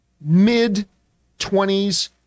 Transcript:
mid-20s